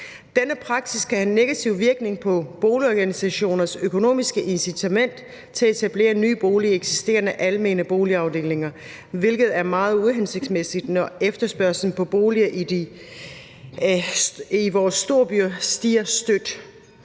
Denne praksis kan have en negativ virkning på boligorganisationers økonomiske incitament til at etablere nye boliger i eksisterende almene boligafdelinger, hvilket er meget uhensigtsmæssigt, når efterspørgslen på boliger i vores storbyer stiger støt.